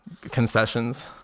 concessions